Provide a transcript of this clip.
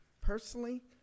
personally